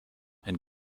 and